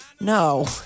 No